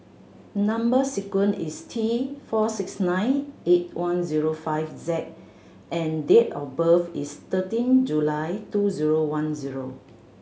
number sequence is T four six nine eight one zero five Z and date of birth is thirteen July two zero one zero